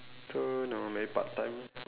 don't know maybe part time